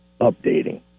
updating